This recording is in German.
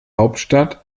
hauptstadt